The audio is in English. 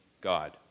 God